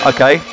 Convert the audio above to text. Okay